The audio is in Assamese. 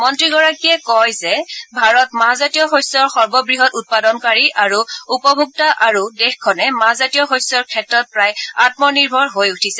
মন্ত্ৰীগৰাকীয়ে কয় যে ভাৰত মাহজাতীয় শস্যৰ সৰ্ববৃহৎ উৎপাদনকাৰী আৰু উপভোক্তা আৰু দেশখনে মাহজাতীয় শস্যৰ ক্ষেত্ৰত প্ৰায় আম্মনিৰ্ভৰ হৈ উঠিছে